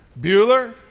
Bueller